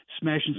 smashing